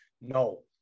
No